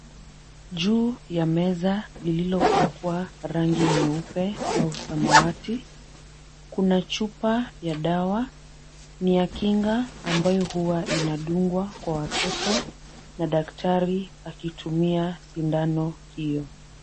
Juu ya meza lililopakwa rangi nyeupe au samawati kuna chupa ya dawa ni ya kinga ambayo huwa inadungwa kwa watoto na daktari akitumia sindano hio.